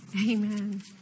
Amen